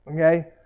Okay